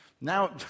now